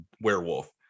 werewolf